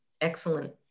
excellent